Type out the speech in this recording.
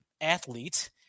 athlete